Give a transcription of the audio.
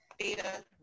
Data